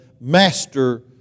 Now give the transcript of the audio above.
master